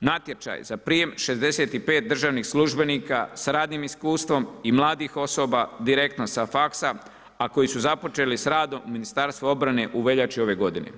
natječaj za prijem 65 državnih službenika sa radnim iskustvom i mladih osoba direktno sa faksa a koji su započeli sa radom u Ministarstvu obrane u veljači ove godine.